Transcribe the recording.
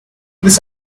this